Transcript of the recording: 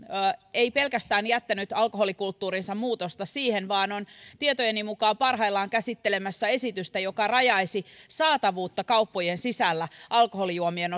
ei pelkästään jättänyt alkoholikulttuurinsa muutosta siihen vaan on tietojeni mukaan parhaillaan käsittelemässä esitystä joka rajaisi saatavuutta kauppojen sisällä alkoholijuomien